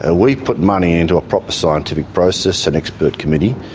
ah we put money into a proper scientific process an expert committee.